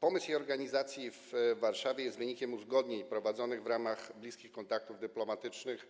Pomysł jej organizacji w Warszawie jest wynikiem uzgodnień prowadzonych w ramach bliskich kontaktów dyplomatycznych